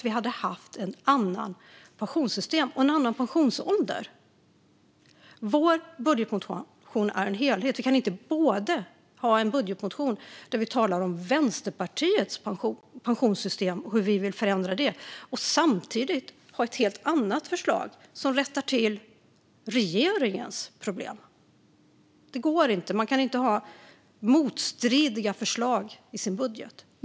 Vi hade haft ett annat pensionssystem och en annan pensionsålder. Vår budgetmotion är en helhet. Vi kan inte både ha en budgetmotion där vi talar om hur Vänsterpartiet vill förändra pensionssystemet och samtidigt ha ett helt annat förslag som rättar till regeringens problem. Det går inte. Man kan inte ha motstridiga förslag i sin budget.